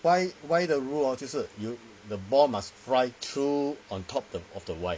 why why the rule orh 就是 the ball must fly through on top of the light